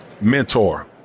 Mentor